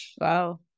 Wow